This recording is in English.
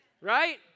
Right